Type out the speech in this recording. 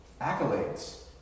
accolades